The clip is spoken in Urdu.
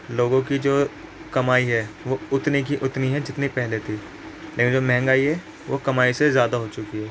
لوگوں کی جو کمائی ہے وہ اتنی کی اتنی ہے جتنی پہلے تھی لیکن جو مہنگائی ہے وہ کمائی سے زیادہ ہو چکی ہے